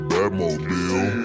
Batmobile